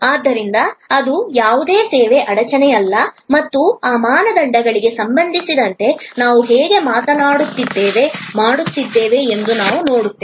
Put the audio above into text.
ಆದ್ದರಿಂದ ಅದು ಯಾವುದೇ ಸೇವೆಯ ಅಡಚಣೆಯಲ್ಲ ಮತ್ತು ಆ ಮಾನದಂಡಗಳಿಗೆ ಸಂಬಂಧಿಸಿದಂತೆ ನಾವು ಹೇಗೆ ಮಾಡುತ್ತಿದ್ದೇವೆ ಎಂದು ನಾವು ನೋಡುತ್ತೇವೆ